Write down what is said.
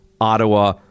Ottawa